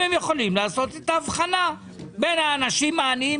הם יכולים לעשות את ההבחנה בין האנשים העניים,